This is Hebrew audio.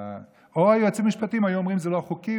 או היועצים המשפטיים היו אומרים שזה לא חוקי,